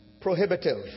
prohibitive